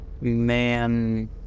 man